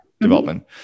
Development